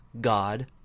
God